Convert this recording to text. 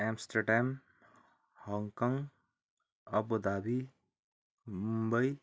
Amsterdam Hong Kong Abu Dhabi Mumbai